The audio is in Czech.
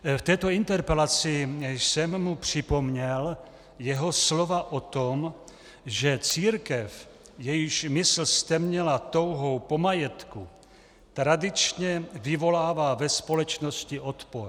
V této interpelaci jsem mu připomněl jeho slova o tom, že církev, jejíž mysl ztemněla touhou po majetku, tradičně vyvolává ve společnosti odpor.